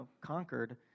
conquered